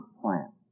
plant